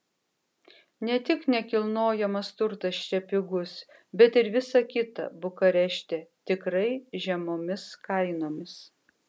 ne tik nekilnojamas turtas čia pigus bet ir visa kita bukarešte tikrai žemomis kainomis